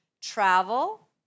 travel